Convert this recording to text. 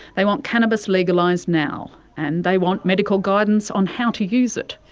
they want cannabis legalised now, and they want medical guidance on how to use it.